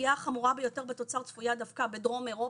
הפגיעה החמורה ביותר בתוצר צפויה דווקא בדרום אירופה,